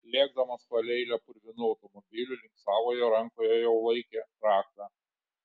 lėkdamas palei eilę purvinų automobilių link savojo rankoje jau laikė raktą